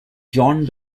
john